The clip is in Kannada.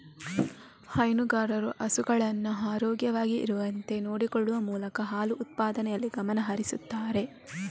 ಹೈನುಗಾರರು ಹಸುಗಳನ್ನ ಆರೋಗ್ಯವಾಗಿ ಇರುವಂತೆ ನೋಡಿಕೊಳ್ಳುವ ಮೂಲಕ ಹಾಲು ಉತ್ಪಾದನೆಯಲ್ಲಿ ಗಮನ ಹರಿಸ್ತಾರೆ